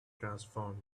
transformed